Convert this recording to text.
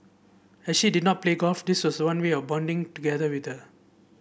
as she did not play golf this was one way of bonding together with her